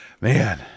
man